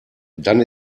dann